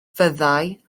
fyddai